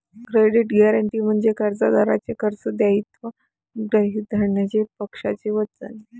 credit guarantee म्हणजे कर्जदाराचे कर्ज दायित्व गृहीत धरण्याचे पक्षाचे वचन